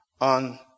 on